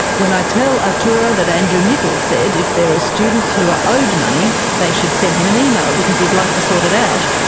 when i tell arturo that andrew nickolls said if there are ah students who are owed money, they should send him an email, because he'd like to sort it out,